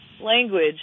language